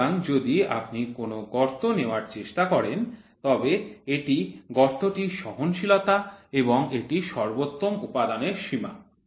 সুতরাং যদি আপনি কোনও গর্ত নেওয়ার চেষ্টা করেন তবে এটি গর্তটির সহনশীলতা এবং এটি সর্বোত্তম উপাদানের সীমা